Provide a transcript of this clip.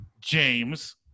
james